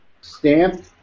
Stamped